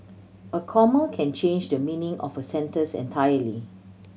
a comma can change the meaning of a sentence entirely